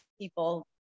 people